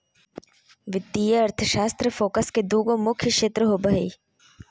वित्तीय अर्थशास्त्र फोकस के दू गो मुख्य क्षेत्र होबो हइ